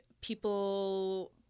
people